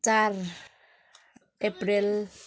चार अप्रिल